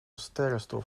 sterrenstof